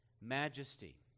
majesty